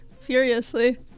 furiously